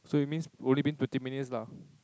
so it means we've only been twenty minutes lah